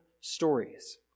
stories